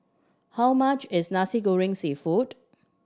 how much is Nasi Goreng Seafood